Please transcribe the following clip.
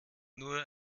nur